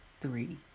three